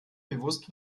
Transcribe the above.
bewusst